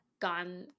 gone